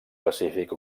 pacífic